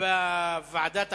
בוועדת הכלכלה,